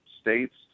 states